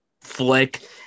flick